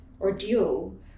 ordeal